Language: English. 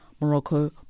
Morocco